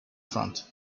front